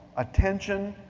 attention,